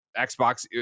Xbox